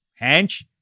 Hench